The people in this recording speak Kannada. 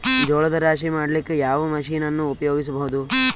ಜೋಳದ ರಾಶಿ ಮಾಡ್ಲಿಕ್ಕ ಯಾವ ಮಷೀನನ್ನು ಉಪಯೋಗಿಸಬೇಕು?